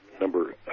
number